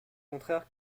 contraire